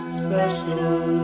special